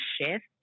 shift